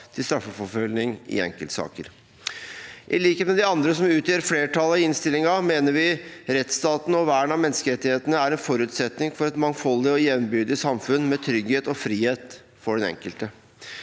til straffeforfølgning i enkeltsaker. I likhet med de andre som utgjør flertallet i innstillingen, mener vi rettsstaten og vern av menneskerettighetene er en forutsetning for et mangfoldig og jevnbyrdig samfunn med trygghet og frihet for den enkelte.